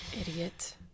Idiot